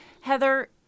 Heather